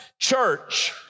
Church